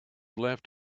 left